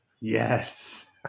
Yes